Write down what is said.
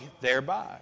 thereby